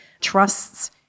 trusts